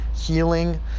Healing